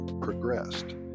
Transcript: progressed